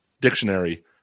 dictionary